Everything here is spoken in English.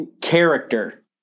character